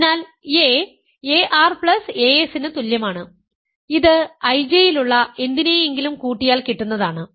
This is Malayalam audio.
അതിനാൽ a aras ന് തുല്യമാണ് ഇത് IJ യിലുള്ള എന്തിനെയെങ്കിലും കൂട്ടിയാൽ കിട്ടുന്നതാണ്